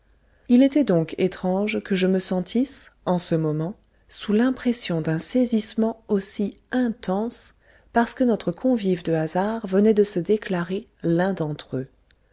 il était donc étrange que je me sentisse en ce moment sous l'impression d'un saisissement aussi intense parce que notre convive de hasard venait de se déclarer l'un d'entre eux